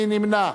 מי נמנע?